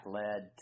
led